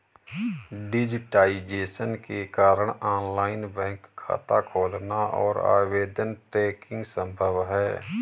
digitisation के कारण online bank खाता खोलना और आवेदन ट्रैकिंग संभव हैं